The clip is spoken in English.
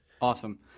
Awesome